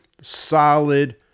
solid